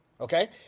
okay